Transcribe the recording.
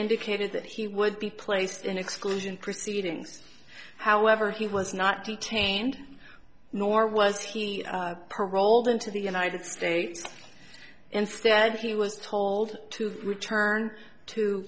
indicated that he would be placed in exclusion proceedings however he was not detained nor was he paroled into the united states instead he was told to return to